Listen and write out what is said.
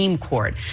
court